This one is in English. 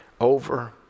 over